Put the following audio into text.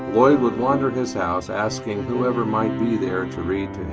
lloyd would wander his house asking whoever might be there to read to